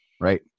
Right